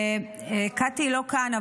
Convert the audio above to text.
קטי לא כאן,